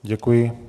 Děkuji.